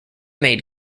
made